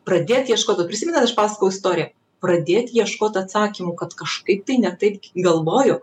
pradėt ieškot vat prisimenat aš pasakojau istoriją pradėt ieškot atsakymų kad kažkaip tai ne taip galvoju